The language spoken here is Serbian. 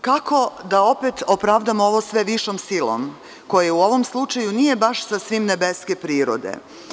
Kako da opet opravdamo ovo sve višom silom koja u ovom slučaju nije baš sasvim nebeske prirode?